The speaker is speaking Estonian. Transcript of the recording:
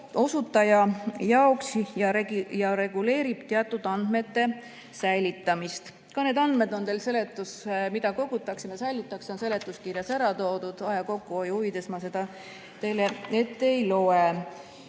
osutaja jaoks ja reguleerib teatud andmete säilitamist. Ka need andmed, mida kogutakse ja säilitatakse, on teil seletuskirjas ära toodud. Aja kokkuhoiu huvides ma seda teile ette ei loe.